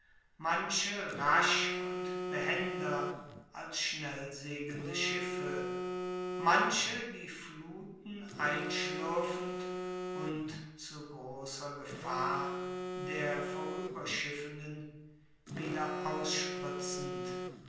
manche rasch und behender als schnell segelnde schiffe manche die fluten einschlürfend und zu großer gefahr der vorüberschiffenden wieder ausspritzend